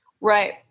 Right